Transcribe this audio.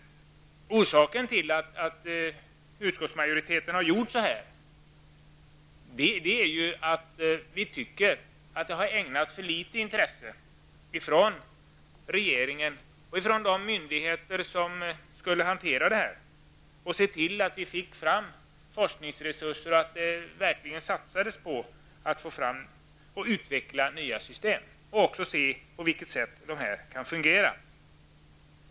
Orsaken till utskottsmajoritetens agerande är att vi anser att det har ägnats för litet intresse från regeringen och de myndigheter som har att hantera dessa frågor. Man borde ha sett till att skapa forskningsresurser och att det verkligen satsades på att få fram och utveckla nya system. Dessutom borde man ha undersökt på vilket sätt de nya systemen kan fungera.